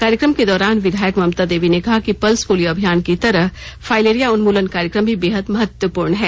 कार्यक्रम के दौरान विधायक ममता देवी ने कहा कि पल्स पोलियो अभियान की तरह फाईलेरिया उन्मूलन कार्यक्रम भी बेहद महत्वपूर्ण है